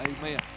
Amen